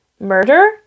Murder